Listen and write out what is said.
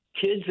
Kids